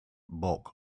bulk